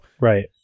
right